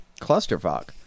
clusterfuck